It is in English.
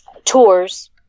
tours